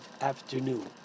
afternoon